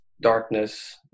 darkness